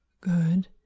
Good